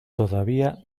todavía